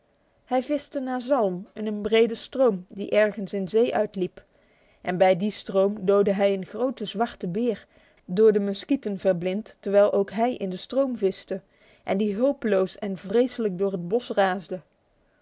hij viste naar zalm in een brede stroom die ergens in zee uitliep en bij die stroom doodde hij een groten zwarten beer door de muskieten verblind terwijl ook hij in de stroom viste en die hulpeloos en vreselijk door het bos raasde